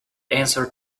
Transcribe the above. answer